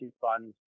funds